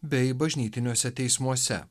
bei bažnytiniuose teismuose